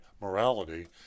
morality